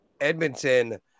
Edmonton